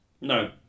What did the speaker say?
No